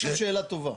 שאלה טובה.